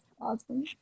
awesome